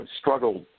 struggled